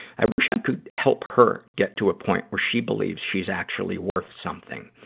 i wish i could help her get to a point where she believes she's actually worth something.